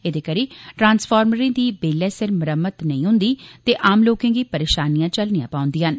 एहदे करी ट्रांसफार्मरें दी बेल्लै सिर मरम्मत नेईं हुंदी ते आम लोकें गी परेशानियां झल्लनियां पौंदिआं न